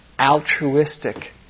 altruistic